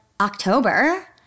October